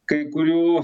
kai kurių